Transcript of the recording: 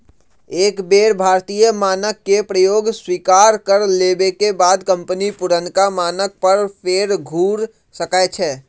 एक बेर भारतीय मानक के प्रयोग स्वीकार कर लेबेके बाद कंपनी पुरनका मानक पर फेर घुर सकै छै